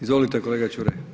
Izvolite kolega Čuraj.